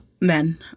men